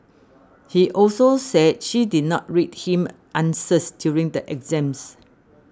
he also said she did not read him answers during the exams